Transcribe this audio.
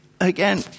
Again